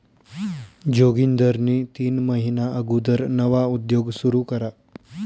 जोगिंदरनी तीन महिना अगुदर नवा उद्योग सुरू करा